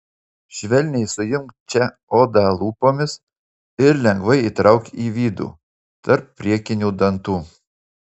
švelniai suimk čia odą lūpomis ir lengvai įtrauk į vidų tarp priekinių dantų